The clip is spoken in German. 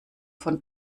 von